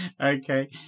Okay